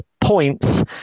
points